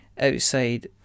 outside